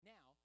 Now